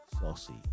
Saucy